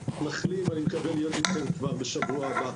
אני מקווה להיות איתכם כבר בשבוע הבא.